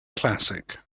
classic